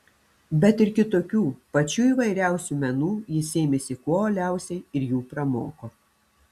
bet ir kitokių pačių įvairiausių menų jis ėmėsi kuo uoliausiai ir jų pramoko